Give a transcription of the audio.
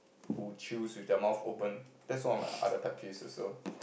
who chews with their mouths open that's one of my other pet peeves also